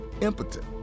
impotent